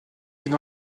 vide